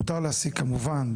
מותר להעסיק כמובן,